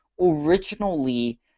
originally